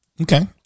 Okay